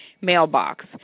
mailbox